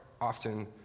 often